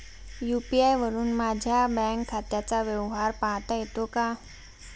UPI वरुन माझ्या bank खात्याचा व्यवहार पाहता येतो का?